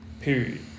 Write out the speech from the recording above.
Period